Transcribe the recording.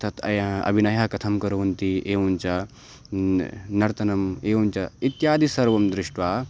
तत् अय् अभिनयः कथं कुर्वन्ति एवं च नर्तनम् एवं च इत्यादि सर्वं दृष्ट्वा